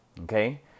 Okay